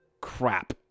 crap